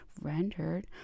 rendered